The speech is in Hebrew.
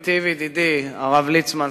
עמיתי וידידי הרב ליצמן,